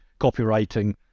copywriting